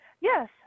Yes